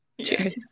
Cheers